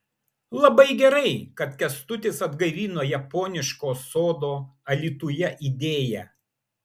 labai gerai kad kęstutis atgaivino japoniško sodo alytuje idėją